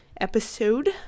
episode